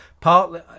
partly